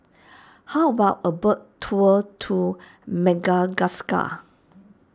how about a boat tour to Madagascar